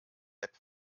app